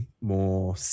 more